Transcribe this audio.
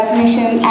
mission